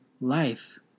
life